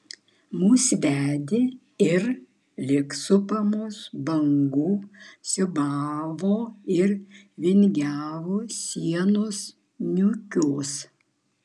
mus vedė ir lyg supamos bangų siūbavo ir vingiavo sienos niūkios